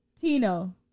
Tino